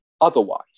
otherwise